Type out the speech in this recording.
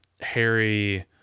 harry